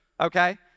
okay